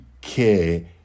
care